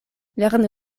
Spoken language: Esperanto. lernu